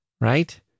right